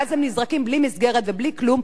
ואז הם נזרקים בלי מסגרת ובלי כלום,